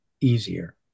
easier